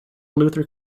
luther